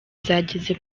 zageze